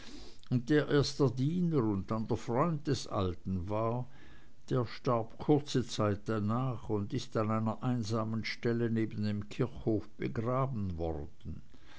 und der erst der diener und dann der freund des alten war der starb kurze zeit danach und ist an einer einsamen stelle neben dem kirchhof begraben worden